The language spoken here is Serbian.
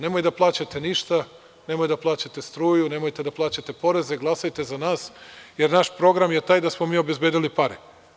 Nemoj da plaćate ništa, nemojte da plaćate struju, poreze, glasajte za nas, jer naš program je taj da smo obezbedili pare.